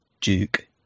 Duke